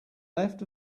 left